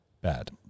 Bad